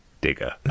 digger